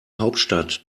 hauptstadt